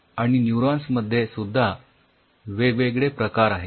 आणि न्यूरॉन्स मध्ये सुद्धा वेगवेगळे प्रकार आहेत